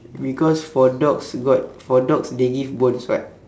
because for dogs got for dogs they give bones [what]